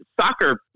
soccer